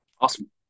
Awesome